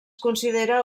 considera